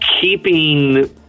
keeping